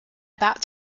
about